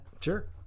Sure